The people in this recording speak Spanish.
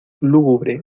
lúgubre